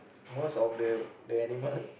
most of the the animal